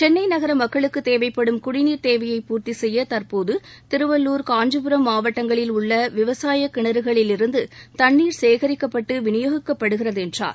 சென்னை நகர மக்களுக்கு தேவைப்படும் குடிநீர் தேவையை பூர்த்தி செய்ய தற்போது திருவள்ளுர் காஞ்சிபுரம் மாவட்டங்களில் உள்ள விவசாய கிணறுகளிலிருந்து தண்ணீர் சேகரிக்கப்பட்டு விநியோகிக்கப்படுகிறது என்றார்